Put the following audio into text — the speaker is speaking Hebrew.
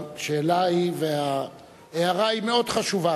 השאלה וההערה הן מאוד חשובות.